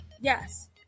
Yes